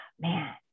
man